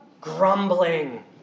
Grumbling